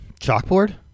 Chalkboard